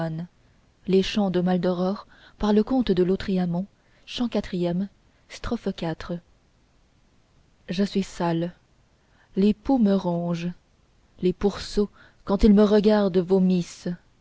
je suis sale les poux me rongent les pourceaux quand ils me regardent vomissent